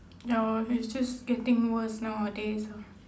ya lor it's just getting worse nowadays ah